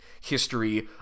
history